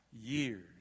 years